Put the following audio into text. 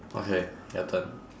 okay your turn